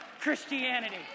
Christianity